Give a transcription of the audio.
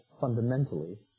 fundamentally